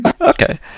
okay